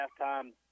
halftime